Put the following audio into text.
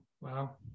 wow